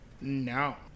No